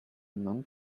non